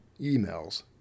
emails